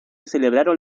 celebraron